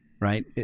right